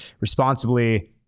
responsibly